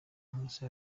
nkusi